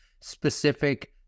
specific